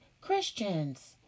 Christians